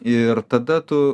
ir tada tu